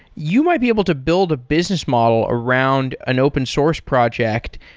you might be able to build a business model around an open source project,